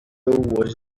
was